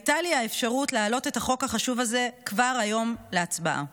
הייתה לי האפשרות להעלות את החוק החשוב הזה כבר היום להצבעה.